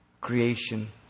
creation